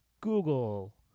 Google